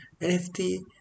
NFT